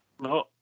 No